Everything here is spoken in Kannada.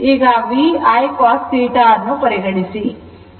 ಈಗ VIcos θ ಅನ್ನು ಪರಿಗಣಿಸಿ